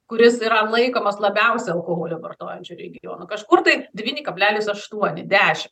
kuris yra laikomas labiausiai alkoholį vartojančiu regionu kažkur tai devyni kablelis aštuoni dešimt